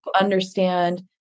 understand